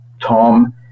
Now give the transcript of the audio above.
Tom